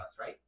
right